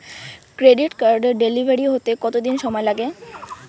Credit কার্ডের delivery হতে কতদিন সময় লাগে?